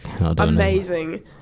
Amazing